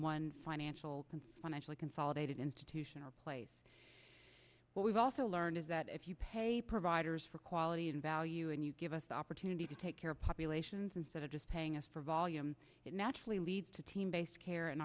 one financial and financially consolidated institution or place but we've also learned that if you pay providers for quality and value and you give us the opportunity to take care of populations instead of just paying us for volume it naturally leads to team based care and